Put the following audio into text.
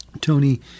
Tony